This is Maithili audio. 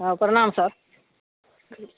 हँ प्रणाम सर